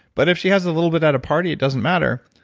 but if she has a little bit at a party, it doesn't matter.